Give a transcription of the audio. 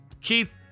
Keith